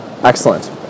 Excellent